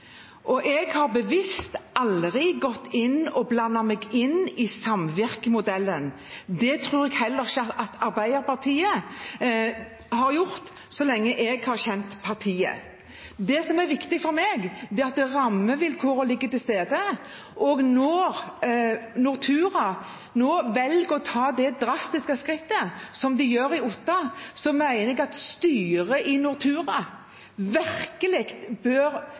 Jeg har bevisst aldri gått inn og blandet meg inn i samvirkemodellen. Det tror jeg heller ikke at Arbeiderpartiet har gjort så lenge jeg har kjent partiet. Det som er viktig for meg, er at rammevilkårene er til stede. Når Nortura nå velger å ta det drastiske skrittet som de gjør på Otta, mener jeg at styret i Nortura virkelig bør